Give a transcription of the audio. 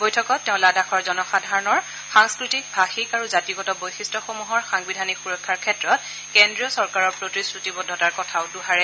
বৈঠকত তেওঁ লাডাখৰ জনসাধাৰণৰ সাংস্কৃতিক ভাষিক আৰু জাতিগত বৈশিষ্টসমূহৰ সাংবিধানিক সুৰক্ষাৰ ক্ষেত্ৰত কেন্দ্ৰীয় চৰকাৰৰ প্ৰতিশ্ৰুতিবদ্ধতাৰ কথাও দোহাৰে